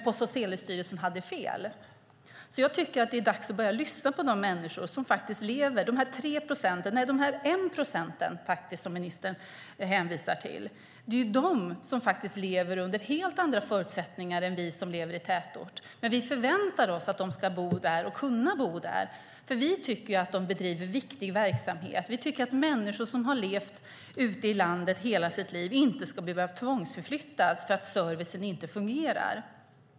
Post och telestyrelsen hade fel. Jag tycker att det är dags att börja lyssna på de 3 procent, eller 1 procent som ministern hänvisar till, de människor som lever under helt andra förutsättningar än vi som bor i tätort. Vi förväntar oss att de ska bo där, och kunna bo där, för vi tycker att de bedriver viktig verksamhet. Vi tycker att människor som har levt ute i landet hela sitt liv inte ska behöva tvångsförflyttas därför att servicen inte fungerar.